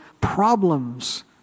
problems